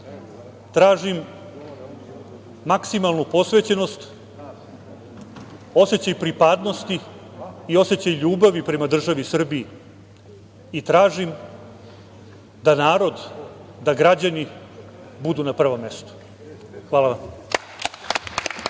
tražim maksimalnu posvećenost, osećaj pripadnosti i osećaj ljubavi prema državi Srbiji i tražim da narod, da građani budu na prvom mestu. Hvala vam.